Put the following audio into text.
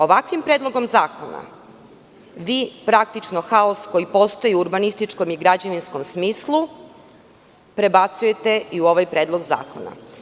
Ovakvim Predlogom zakona praktično haos koji postoji u urbanističkom i građevinskom smislu prebacujete i u ovaj Predlog zakona.